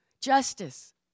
Justice